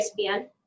ESPN